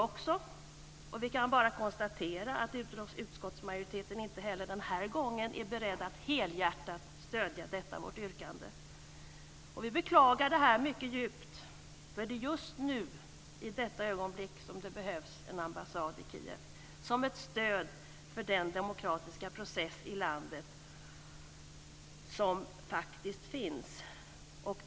Men vi kan bara konstatera att utskottsmajoriteten inte heller den här gången är beredd att helhjärtat stödja detta vårt yrkande. Vi beklagar det mycket djupt, för det är just nu i detta ögonblick som det behövs en ambassad i Kiev som ett stöd för den demokratiska process i landet som faktiskt finns.